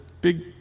big